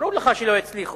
ברור לך שלא הצליחו.